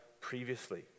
previously